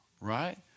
right